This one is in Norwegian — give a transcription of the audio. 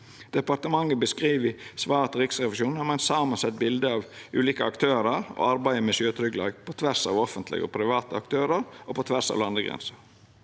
Departementet beskriv i svar til Riksrevisjonen eit samansett bilete av ulike aktørar i arbeidet med sjøtryggleik, på tvers av offentlege og private aktørar og på tvers av landegrenser.